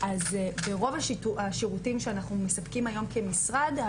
ברוב השירותים שאנחנו מספקים היום כמשרד,